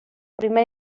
primera